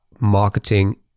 marketing